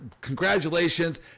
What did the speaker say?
Congratulations